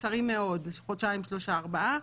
הקצרים מאוד, חודשיים, שלושה, ארבעה.